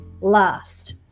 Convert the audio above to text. last